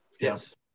yes